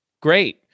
Great